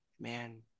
man